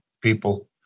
people